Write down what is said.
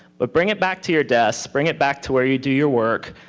but bring it back to your desk. bring it back to where you do your work,